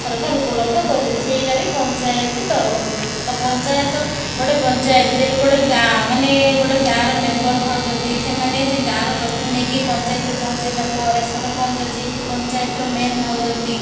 ସରକାର ଉପଲବ୍ଧ କରୁଛନ୍ତି ସେଇଟା ବି ପଞ୍ଚାୟତି ତରଫରୁ ତ ପଞ୍ଚାୟତ ଗୋଟିଏ ପଞ୍ଚାୟତରେ ଗୋଟିଏ ଗାଁ ମାନେ ଗୋଟିଏ ଗାଁର ମେମ୍ବର ଥାଉଛନ୍ତି ସେମାନେ ସେ ଗାଁର ତଥ୍ୟ ନେଇକି ପଞ୍ଚାୟତରେ ପହୁଞ୍ଚାଇଲା ପରେ ସରପଞ୍ଚ ଯିଏକି ପଞ୍ଚାୟତର ମେନ ଥାଉଛନ୍ତି